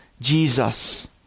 Jesus